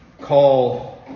call